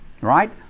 Right